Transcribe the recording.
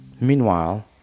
meanwhile